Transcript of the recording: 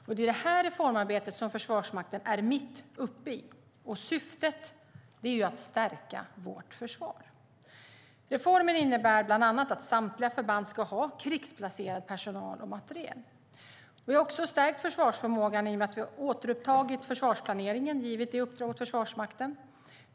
Det är detta reformarbete som Försvarsmakten är mitt uppe i, och syftet är att stärka vårt försvar. Reformen innebär bland annat att samtliga förband ska ha krigsplacerad personal och materiel. Vi har också stärkt försvarsförmågan genom att vi har givit uppdraget till Försvarsmakten att återuppta försvarsplaneringen.